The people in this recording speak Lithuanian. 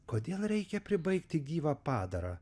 kodėl reikia pribaigti gyvą padarą